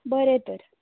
बरें तर